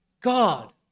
God